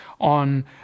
on